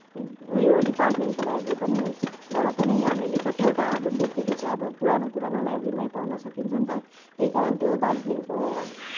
उयो डिपार्टमेन्टको लाइब्रेरी पनि हुन्छ तर पनि हामीले कतिवटा अब बुकहरू चाहिँ अब पुरानो पुरानो लाइब्रेरीमै पाउन सकिन्छ नि त त्यही कारण त्यो दार्जिलिङको